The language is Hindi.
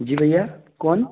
जी भैया कौन